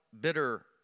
bitter